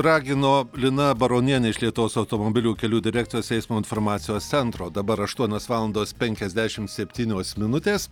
ragino lina baronienė iš lietuvos automobilių kelių direkcijos eismo informacijos centro dabar aštuonios valandos penkiasdešim septynios minutės